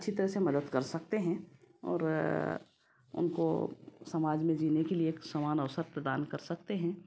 अच्छी तरह से मदद कर सकते हैं और उनको समाज में जीने के लिए समान अवसर प्रदान कर सकते हैं